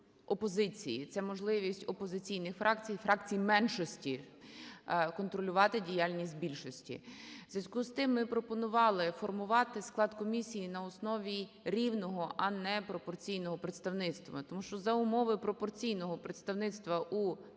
це можливість опозиційних фракцій і фракцій меншості контролювати діяльність більшості. У зв'язку з тим ми пропонували формувати склад комісії на основі рівного, а не пропорційного представництва, тому що за умови пропорційного представництва у